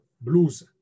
blues